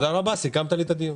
תודה רבה, סיכמת לי את הדיון.